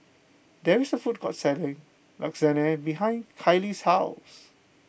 there is a food court selling Lasagne behind Kailey's house